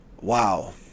Wow